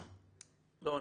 לא עונה.